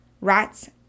Rats